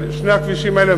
אבל שני הכבישים האלה,